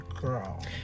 girl